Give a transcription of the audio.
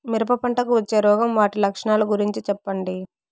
మిరప పంటకు వచ్చే రోగం వాటి లక్షణాలు గురించి చెప్పండి?